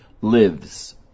lives